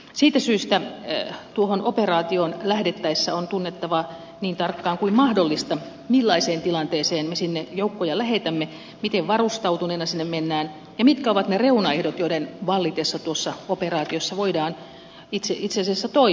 siitä syystä tuohon operaatioon lähdettäessä on tunnettava niin tarkkaan kuin mahdollista millaiseen tilanteeseen me sinne joukkoja lähetämme miten varustautuneena sinne mennään ja mitkä ovat ne reunaehdot joiden vallitessa tuossa operaatiossa voidaan itse asiassa toimia